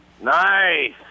Nice